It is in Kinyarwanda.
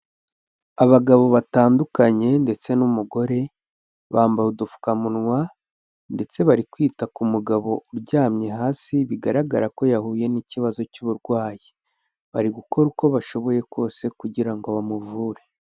Abagabo batandukanye ndetse n'umugore, bambaye udupfukamunwa ndetse bari kwita ku mugabo uryamye hasi bigaragara ko yahuye n'ikibazo cy'uburwayi. Bari gukora uko bashoboye kose kugira ngo bamuvure.